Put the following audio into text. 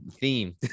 theme